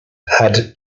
had